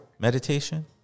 Meditation